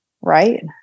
right